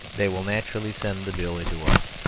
they will naturally send the bill into us.